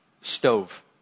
stove